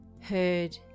heard